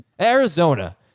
Arizona